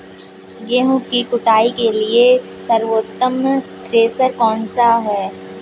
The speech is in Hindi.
गेहूँ की कुटाई के लिए सर्वोत्तम थ्रेसर कौनसा है?